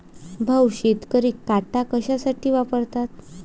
भाऊ, शेतकरी काटा कशासाठी वापरतात?